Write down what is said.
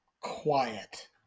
quiet